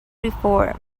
reform